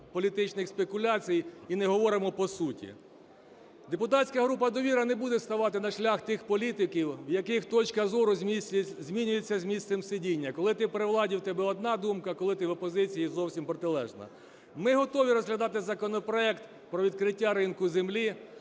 політичних спекуляцій і не говоримо по суті. Депутатська група "Довіра" не буде ставати на шлях тих політиків, у яких точка зору змінюється з місцем сидіння. Коли ти при владі - в тебе одна думка, коли ти в опозиції - зовсім протилежна. Ми готові розглядати законопроект про відкриття ринку землі